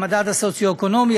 המדד הסוציו-אקונומי,